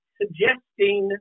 suggesting